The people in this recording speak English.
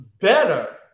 better